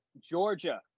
Georgia